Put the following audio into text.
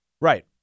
Right